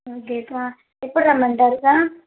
okay అక్కా ఎప్పుడు రమ్మంటారు అక్కా